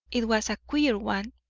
it was a queer one,